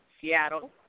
Seattle